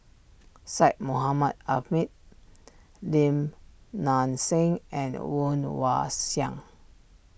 Syed Mohamed Ahmed Lim Nang Seng and Woon Wah Siang